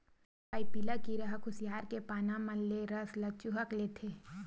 पाइपिला कीरा ह खुसियार के पाना मन ले रस ल चूंहक लेथे